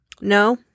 No